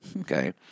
Okay